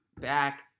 back